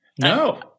No